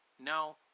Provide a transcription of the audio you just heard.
Now